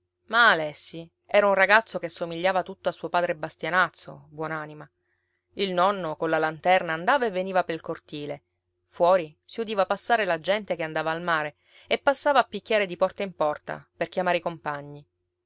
ma alessi era un ragazzo che somigliava tutto a suo padre bastianazzo buon'anima il nonno colla lanterna andava e veniva pel cortile fuori si udiva passare la gente che andava al mare e passava a picchiare di porta in porta per chiamare i compagni